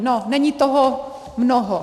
No, není toho mnoho.